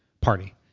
party